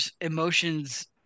emotions